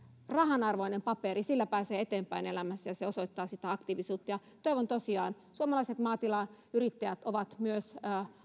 rahanarvoinen paperi sillä pääsee eteenpäin elämässä ja se osoittaa sitä aktiivisuutta toivon tosiaan että suomalaiset maatilayrittäjät ovat myös